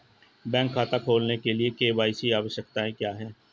Bank खाता खोलने के लिए के.वाई.सी आवश्यकताएं क्या हैं?